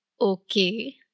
Okay